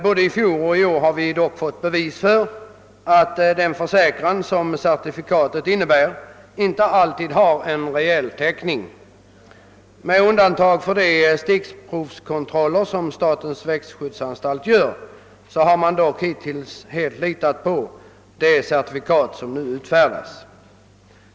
Både i fjol och i år har vi dock fått bevis för att den försäkran som certifikatet innebär inte alltid har en reell täckning. Med undantag för de stickprovskontroller som statens växtskyddsanstalt gör har man hittills helt litat på de certifikat som utfärdas.